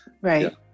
right